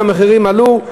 המחירים עלו,